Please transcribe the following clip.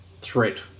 threat